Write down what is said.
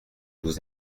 vous